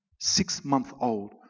Six-month-old